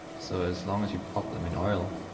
so as long as you put them in oil,